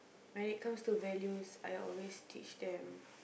when it comes to values I always teach them